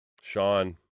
Sean